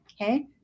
okay